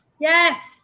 Yes